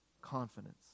Confidence